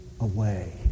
Away